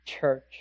church